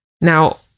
now